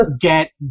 get